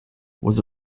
was